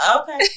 Okay